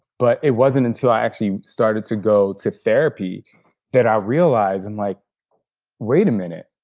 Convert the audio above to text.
but it wasn't until i actually started to go to therapy that i realized, i'm like wait a minute,